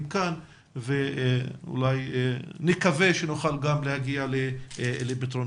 כאן ואולי נקווה שנוכל גם להגיע לפתרונות.